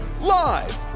live